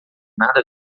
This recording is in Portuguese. nada